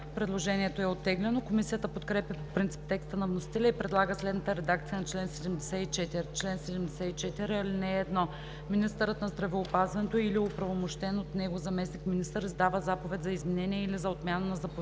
Предложението е оттеглено. Комисията подкрепя по принцип текста на вносителя и предлага следната редакция на чл. 74: „Чл. 74. (1) Министърът на здравеопазването или оправомощен от него заместник-министър издава заповед за изменение или за отмяна на заповедта